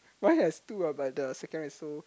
mine has two ah but the second